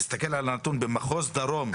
תסתכל על הנתון במחוז דרום,